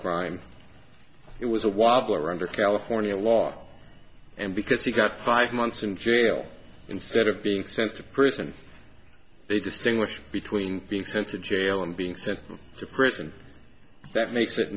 crime it was a wobbler under california law and because he got five months in jail instead of being sent to prison they distinguish between being sent to jail and being sent to prison that makes it